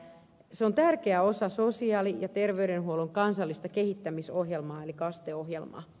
se on tärkeä osa sosiaali ja terveydenhuollon kansallista kehittämisohjelmaa eli kaste ohjelmaa